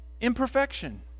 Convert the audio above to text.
imperfection